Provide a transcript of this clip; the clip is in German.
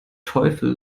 teufel